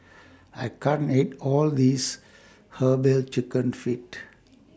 I can't eat All This Herbal Chicken Feet